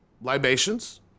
libations